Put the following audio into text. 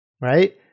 right